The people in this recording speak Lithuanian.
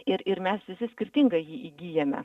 ir ir mes visi skirtingai jį įgyjame